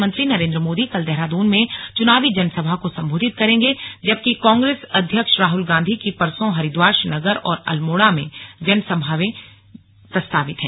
प्रधानमंत्री नरेंद्र मोदी कल देहरादून में चुनावी जनसभा को संबोधित करेंगे जबकि कांग्रेस अध्यक्ष राहुल गांधी की परसों हरिद्वार श्रीनगर और अल्मोड़ा में जनसभाएं प्रस्वाति हैं